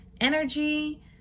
energy